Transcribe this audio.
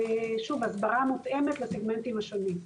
שוב - הסברה מותאמת לסיגמנטים השונים.